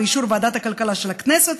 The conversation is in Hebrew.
באישור ועדת הכלכלה של הכנסת,